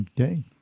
Okay